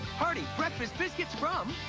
hearty breakfast biscuits from.